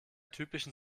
typischen